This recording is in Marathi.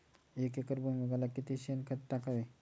एक एकर भुईमुगाला किती शेणखत टाकावे?